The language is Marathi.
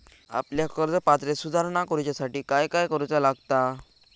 आपल्या कर्ज पात्रतेत सुधारणा करुच्यासाठी काय काय करूचा लागता?